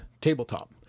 tabletop